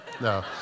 no